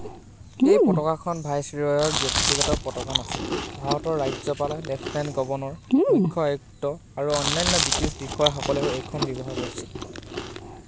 এই পতাকাখন ভাইচৰয়ৰ ব্যক্তিগত পতাকা নাছিল ভাৰতৰ ৰাজ্যপাল লেফটেন গৱৰ্ণৰ মুখ্য আয়ুক্ত আৰু অন্যান্য ব্ৰিটিছ বিষয়াসকলেও এইখন ব্যৱহাৰ কৰিছিল